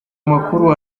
amakuru